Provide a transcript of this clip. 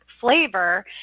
flavor